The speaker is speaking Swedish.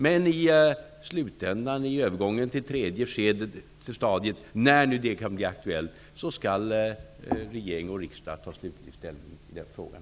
Men i slutändan, i övergången till det tredje stadiet, när det nu kan bli aktuellt, skall regering och riksdag ta slutlig ställning i frågan.